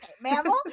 mammal